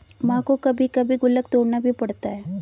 मां को कभी कभी गुल्लक तोड़ना भी पड़ता है